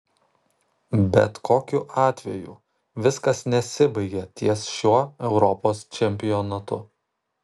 bet kokiu atveju viskas nesibaigia ties šiuo europos čempionatu